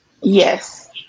Yes